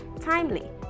timely